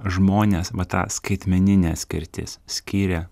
žmones va tą skaitmeninė skirtis skiria